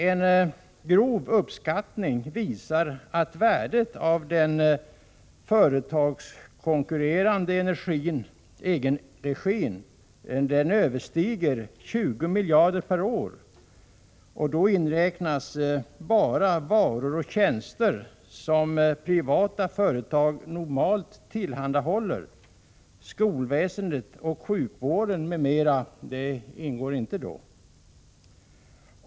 En grov uppskattning visar att värdet av den företagskonkurrerande egenregiverksamheten överstiger 20 miljarder per år. Då inräknas bara varor och tjänster som privata företag normalt tillhandahåller. Skolväsendet, sjukvården m.m. ingår således inte.